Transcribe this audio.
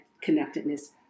connectedness